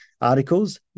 articles